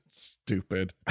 stupid